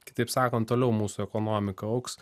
kitaip sakant toliau mūsų ekonomika augs